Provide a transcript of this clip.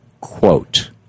Quote